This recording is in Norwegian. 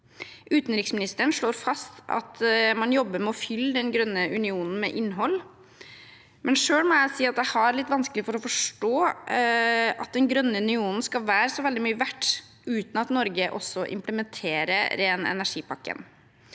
Utenriksministeren slår fast at man jobber med å fylle den grønne unionen med innhold, men selv må jeg si at jeg har litt vanskelig for å forstå at den grønne unionen skal være så veldig mye verdt uten at Norge også implementerer ren energi-pakken.